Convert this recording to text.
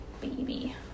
baby